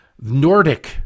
Nordic